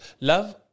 Love